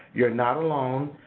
you're not alone,